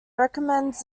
recommends